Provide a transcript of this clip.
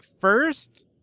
first